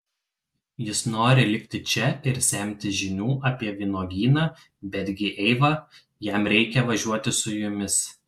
jis nori likti čia ir semtis žinių apie vynuogyną betgi eiva jam reikia važiuoti su jumis